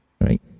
right